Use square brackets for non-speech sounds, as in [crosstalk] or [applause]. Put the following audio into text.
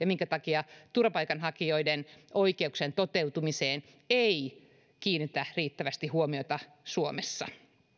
[unintelligible] minkä takia turvapaikanhakijoiden oikeuksien toteutumiseen ei kiinnitetä riittävästi huomiota suomessa